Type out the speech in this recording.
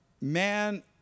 man